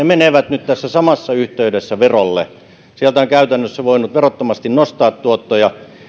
menevät nyt tässä samassa yhteydessä verolle sieltä on käytännössä voinut verottomasti nostaa tuottoja